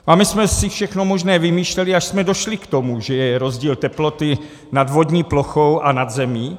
A my jsme si všechno možné vymýšleli, až jsme došli k tomu, že je rozdíl teploty nad vodní plochou a nad zemí.